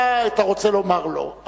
מה אתה רוצה לומר לו.